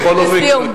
לסיום,